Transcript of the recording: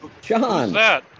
John